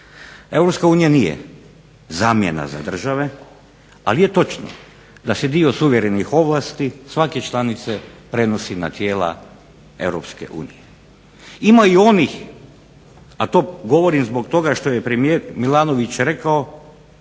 nije zamjena za države ali je točno da se dio suverenih ovlasti svake članice prenosi na tijela Europske unije. Ima i onih, a to govorim zbog toga što je premijer Milanović rekao